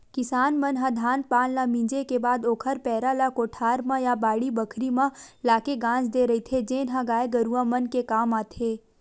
किसान मन ह धान पान ल मिंजे के बाद ओखर पेरा ल कोठार म या बाड़ी बखरी म लाके गांज देय रहिथे जेन ह गाय गरूवा मन के काम आथे